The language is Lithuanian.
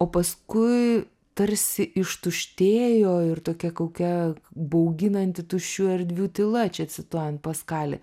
o paskui tarsi ištuštėjo ir tokia kokia bauginanti tuščių erdvių tyla čia cituojant paskalį